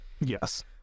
yes